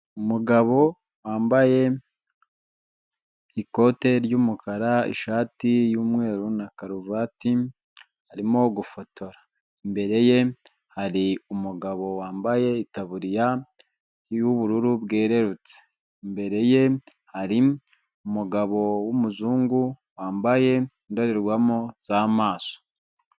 Umugabo wambaye ikote ry'umukara, ishati y'umweru na karuvati arimo gufotora, imbere ye hari umugabo wambaye itaburiya y'ubururu bwererurutse imbere ye hari umugabo w'umuzungu wambaye indorerwamo z'amaso.